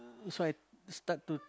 so I start to